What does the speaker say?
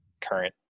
current